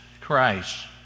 Christ